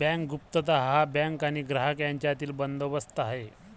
bank गुप्तता हा bank आणि ग्राहक यांच्यातील बंदोबस्त आहे